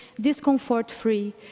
Discomfort-free